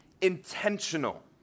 intentional